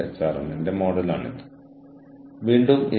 ആർക്കൊക്കെ എന്തൊക്കെ ജോലിയാണ് കൊടുക്കേണ്ടത്